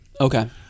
Okay